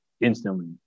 instantly